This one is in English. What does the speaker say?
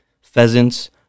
pheasants